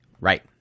right